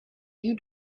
you